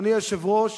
אדוני היושב-ראש,